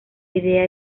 idea